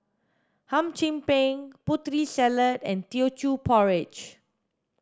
hum chim peng putri salad and teochew porridge